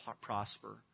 prosper